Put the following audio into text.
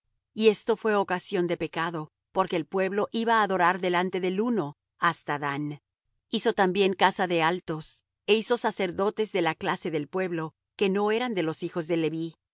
y esto fué ocasión de pecado porque el pueblo iba á adorar delante del uno hasta dan hizo también casa de altos é hizo sacerdotes de la clase del pueblo que no eran de los hijos de leví